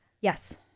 yes